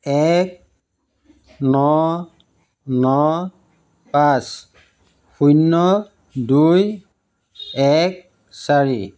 এক ন ন পাঁচ শূন্য দুই এক চাৰি